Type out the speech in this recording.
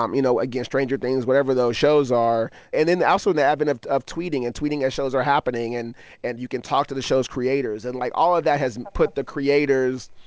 um you know, again, stranger things, whatever those shows are. and then also, in the advent of of tweeting and tweeting as shows are happening, and and you can talk to the show's creators. and like, all of that has put the creators,